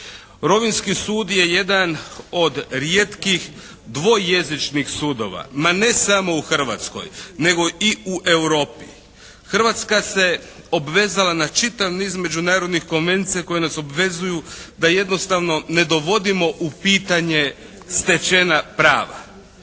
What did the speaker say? Rovinjski sud je jedan od rijetkih dvojezičnih sudova, ma ne samo u Hrvatskoj nego i u Europi. Hrvatska se obvezala na čitav niz međunarodnih konvencija koje nas obvezuju da jednostavno ne dovodimo u pitanje stečena prava.